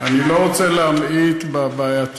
אני לא רוצה להמעיט בבעייתיות,